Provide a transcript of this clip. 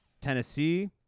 Tennessee